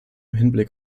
hinblick